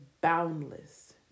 boundless